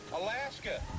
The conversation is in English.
Alaska